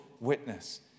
Witness